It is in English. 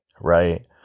Right